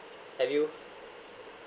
have you